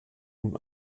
nun